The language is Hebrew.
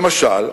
למשל,